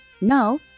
Now